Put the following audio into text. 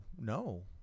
no